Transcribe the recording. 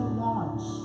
launch